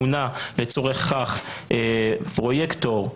לצורך כך מונה פרוייקטור,